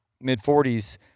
mid-40s